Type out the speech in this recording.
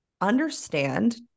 understand